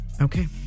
Okay